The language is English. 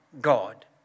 God